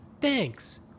thanks